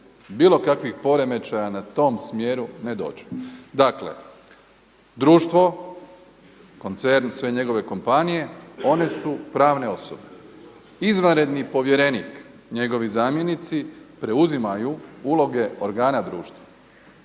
bilo kakvih poremećaja na tom smjeru ne dođe. Dakle, društvo koncern, sve njegove kompanije one su pravne osobe, izvanredni povjerenik, njegovi zamjenici preuzimaju uloge organa društva.